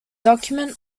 document